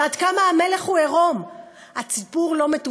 כל מי שאמור להצביע עליו, עולם כמנהגו נוהג.